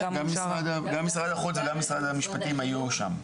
כן, גם משרד החוץ וגם משרד המשפטים היו שם.